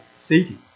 city